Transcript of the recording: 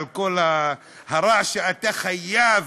על כל הרע שאתה חייב,